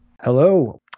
Hello